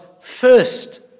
first